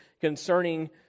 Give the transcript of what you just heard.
concerning